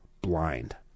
blind